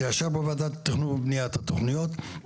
תאשר בוועדת התכנון והבנייה את התוכניות,